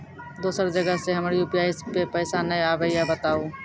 दोसर जगह से हमर यु.पी.आई पे पैसा नैय आबे या बताबू?